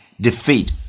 defeat